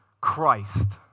Christ